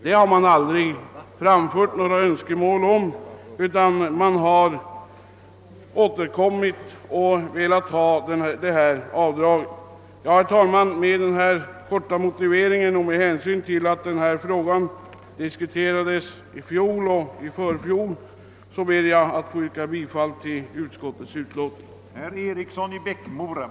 Man har aldrig framfört några önskemål om det, utan man har bara velat ha detta avdrag. Herr talman! Med denna korta motivering och med hänsyn till att frågan diskuterades i fjol och i förfjol ber jag att få yrka bifall till utskottets hemställan.